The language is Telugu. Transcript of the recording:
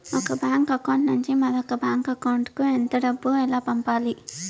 ఒక బ్యాంకు అకౌంట్ నుంచి మరొక బ్యాంకు అకౌంట్ కు ఎంత డబ్బు ఎలా పంపాలి